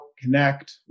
connect